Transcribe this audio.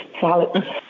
solid